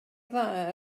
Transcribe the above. dda